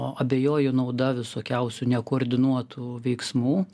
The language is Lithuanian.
abejoju nauda visokiausių nekoordinuotų veiksmų